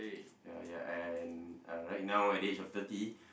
ya ya and uh right now at the age of thirty